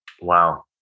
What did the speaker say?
Wow